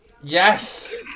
Yes